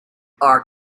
are